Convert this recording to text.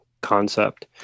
concept